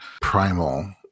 primal